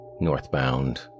northbound